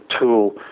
tool